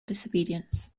disobedience